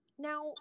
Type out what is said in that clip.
Now